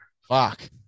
Fuck